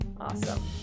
Awesome